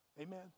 Amen